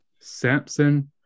Samson